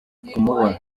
kumubona